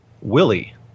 Willie